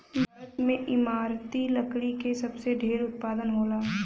भारत में इमारती लकड़ी क सबसे ढेर उत्पादन होला